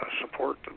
support